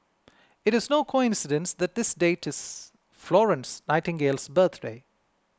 it is no coincidence that this date is Florence Nightingale's birthday